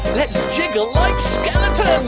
let's jiggle like skeletons.